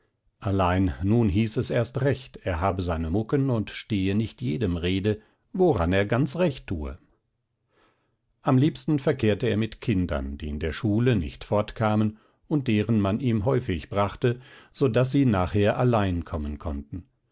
allein nun hieß es erst recht er habe seine mucken und stehe nicht jedem rede woran er ganz recht tue am liebsten verkehrte er mit kindern die in der schule nicht fortkamen und deren man ihm häufig brachte so daß sie nachher allein kommen konnten